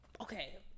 Okay